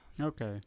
Okay